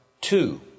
two